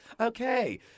okay